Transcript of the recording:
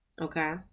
Okay